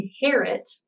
inherit